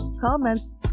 comments